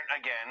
again